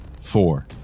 four